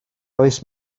oes